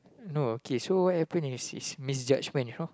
no okay so what happen is is misjudgement you know